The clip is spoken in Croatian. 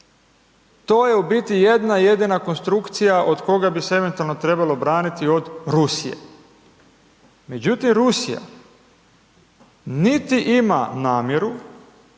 To je u biti jedna jedina konstrukcija od koga bi se eventualno trebalo braniti od Rusije. Međutim, Rusija, niti ima namjeru,